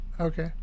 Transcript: Okay